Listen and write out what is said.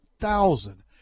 thousand